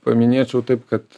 paminėčiau taip kad